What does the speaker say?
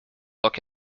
look